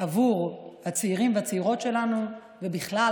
בעבור הצעירים והצעירות שלנו ובכלל,